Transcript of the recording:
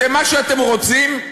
מה שאתם רוצים,